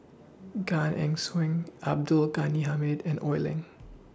Gan Eng Swim Abdul Ghani Hamid and Oi Lin